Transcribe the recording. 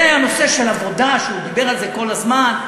זה הנושא של עבודה שהוא דיבר על זה כל הזמן.